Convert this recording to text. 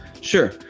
Sure